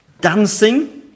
dancing